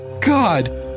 God